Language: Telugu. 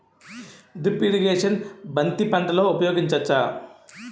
డ్రిప్ ఇరిగేషన్ బంతి పంటలో ఊపయోగించచ్చ?